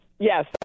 Yes